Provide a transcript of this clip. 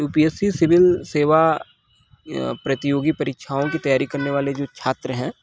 you P S C civil सेवा प्रतियोगी परीक्षाओं की तैयारी करने वाले जो छात्र हैं